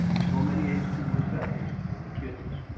so many ace two receptors in the kidneys.